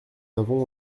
n’avons